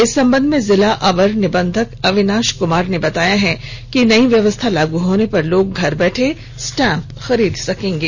इस संबध में जिला अवर निबंधक अविनाश कुमार ने बताया है कि नई व्यवस्था लागू होने पर लोग घर बैठे स्टाम्प खरीद सकेंगे